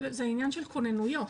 זה עניין של כוננויות.